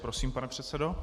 Prosím, pane předsedo.